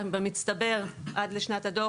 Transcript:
ובמצטבר עד לשנת הדוח,